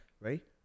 right